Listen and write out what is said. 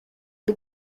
bir